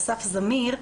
אסף זמיר,